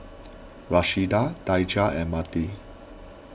Rashida Daijah and Marty